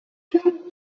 się